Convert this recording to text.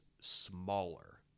smaller